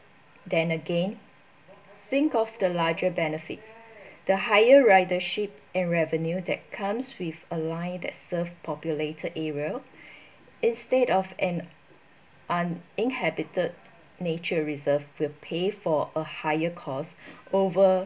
then again think of the larger benefits the higher ridership and revenue that comes with a line that serves populated area instead of an uninhabited nature reserve will pay for a higher cost over